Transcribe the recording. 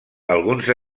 alguns